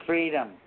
Freedom